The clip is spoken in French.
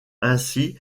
ainsi